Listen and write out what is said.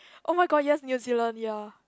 oh-my-god yes New Zealand ya